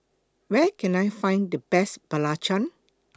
Where Can I Find The Best Belacan